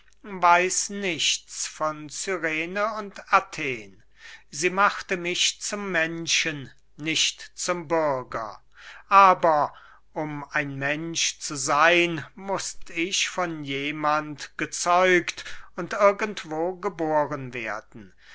weiß nichts von cyrene und athen sie machte mich zum menschen nicht zum bürger aber um ein mensch zu seyn mußt ich von jemand gezeugt und irgendwo geboren werden